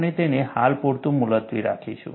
આપણે તેને હાલ પૂરતું મુલતવી રાખીશું